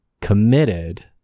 committed